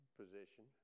position